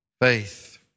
Faith